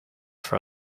for